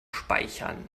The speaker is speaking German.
speichern